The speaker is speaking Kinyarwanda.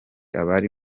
abari